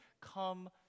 come